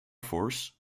force